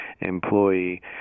employee